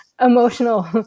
emotional